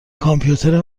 کامپیوتر